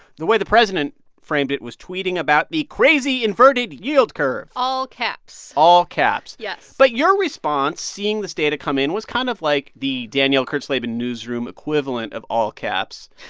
the way the president framed it was tweeting about the crazy inverted yield curve all caps all caps yes but your response seeing this data come in was kind of like the danielle kurtzleben newsroom equivalent of all caps.